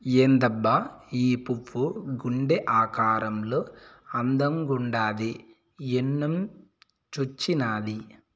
ఏందబ్బా ఈ పువ్వు గుండె ఆకారంలో అందంగుండాది ఏన్నించొచ్చినాది